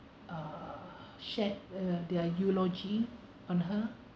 uh shared uh their eulogy on her